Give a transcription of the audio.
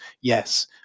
Yes